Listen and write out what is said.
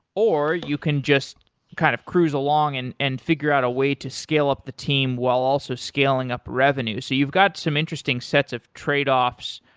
or you can just kind of cruise along and and figure out a way to scale up the team while also scaling up revenue. so you've got some interesting sets of trade-offs,